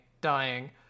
dying